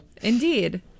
Indeed